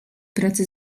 pracy